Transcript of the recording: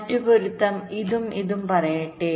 മറ്റ് പൊരുത്തം ഇതും ഇതും പറയട്ടെ